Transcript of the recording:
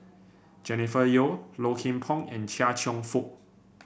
Jennifer Yeo Low Kim Pong and Chia Cheong Fook